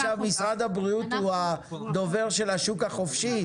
עכשיו משרד הבריאות הוא הדובר של השוק החופשי?